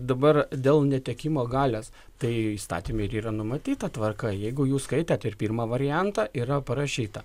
dabar dėl netekimo galios tai įstatyme ir yra numatyta tvarka jeigu jus skaitėt ir pirmą variantą yra parašyta